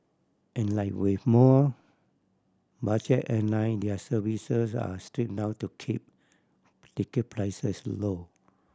and like with more budget airline their services are strip down to keep ticket prices low